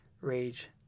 rage